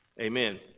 Amen